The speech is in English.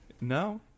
No